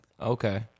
Okay